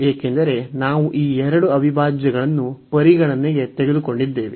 ಏಕೆಂದರೆ ನಾವು ಈ ಎರಡು ಅವಿಭಾಜ್ಯಗಳನ್ನು ಪರಿಗಣನೆಗೆ ತೆಗೆದುಕೊಂಡಿದ್ದೇವೆ